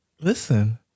Listen